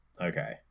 Okay